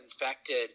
infected